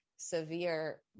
severe